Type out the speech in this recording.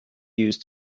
used